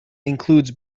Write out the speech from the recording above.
includes